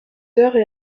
heures